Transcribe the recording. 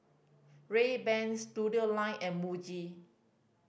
Rayban Studioline and Muji